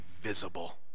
visible